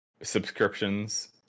subscriptions